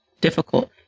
difficult